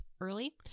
early